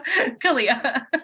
Kalia